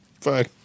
Fine